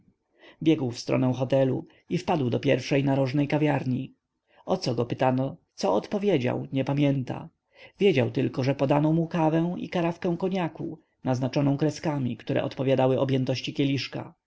biegł w stronę hotelu i wpadł do pierwszej narożnej kawiarni o co go pytano co odpowiedział nie pamięta wiedział tylko że podano mu kawę i karafkę koniaku naznaczoną kreskami które odpowiadały objętości kieliszka